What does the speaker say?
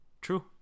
true